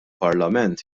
parlament